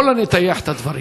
בוא לא נטייח את הדברים.